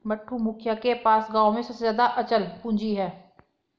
मंटू, मुखिया के पास गांव में सबसे ज्यादा अचल पूंजी है